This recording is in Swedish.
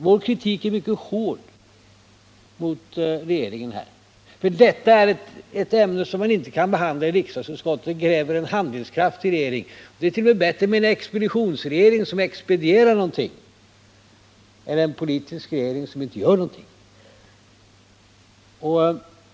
Vår kritik är mycket hård mot regeringen, för detta är ett ämne som man inte kan behandla i ett riksdagsutskott. Det kräver en handlingskraftig regering. Det är t.o.m. bättre med en expeditionsregering som expedierar någonting än en politisk regering som inte gör någonting.